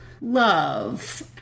love